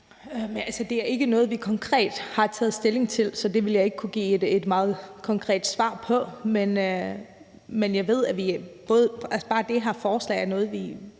Det er ikke noget, vi konkret har taget stilling til, så det vil jeg ikke kunne give et meget konkret svar på. Men jeg ved, at bare sådan noget som det her forslag er noget,